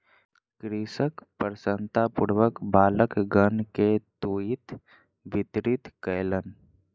कृषक प्रसन्नतापूर्वक बालकगण के तूईत वितरित कयलैन